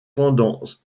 pendant